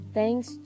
Thanks